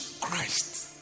Christ